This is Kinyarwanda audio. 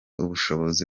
ubushobozi